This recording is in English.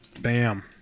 Bam